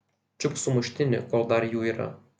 čiupk sumuštinį kol dar jų yra